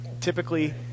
typically